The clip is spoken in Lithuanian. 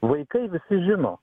vaikai visi žino